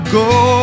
go